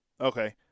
Okay